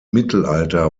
mittelalter